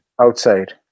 outside